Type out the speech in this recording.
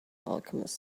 alchemist